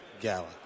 gala